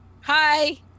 Hi